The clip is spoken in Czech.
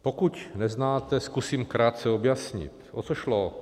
Pokud neznáte, zkusím krátce objasnit, o co šlo.